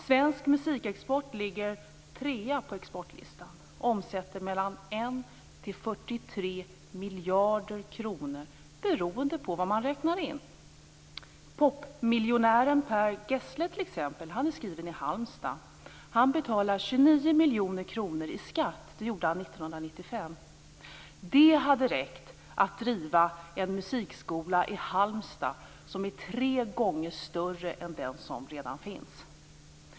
Svensk musikexport ligger trea på exportlistan och omsätter mellan 1 och 43 miljarder kronor beroende på vad man räknar in. Popmiljonären Per Gessle i Halmstad betalade 29 miljoner kronor i skatt år 1995. Det hade räckt att driva en musikskola i Halmstad som är tre gånger större än den som redan finns.